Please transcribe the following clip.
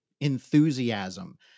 enthusiasm